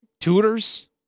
tutors